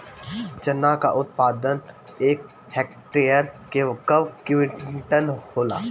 चना क उत्पादन एक हेक्टेयर में कव क्विंटल होला?